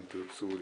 אם תרצו,